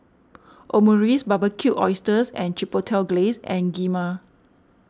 Omurice Barbecued Oysters with Chipotle Glaze and Kheema